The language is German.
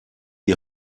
die